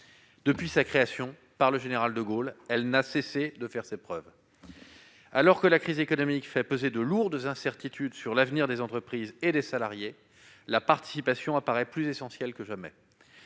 Depuis sa création par le général de Gaulle, le dispositif n'a cessé de faire ses preuves. Alors que la crise économique fait peser de lourdes incertitudes sur l'avenir des entreprises et des salariés, la participation apparaît plus essentielle que jamais.